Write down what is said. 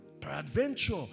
Peradventure